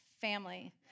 family